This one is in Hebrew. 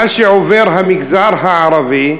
מה שעובר המגזר הערבי,